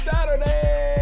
Saturday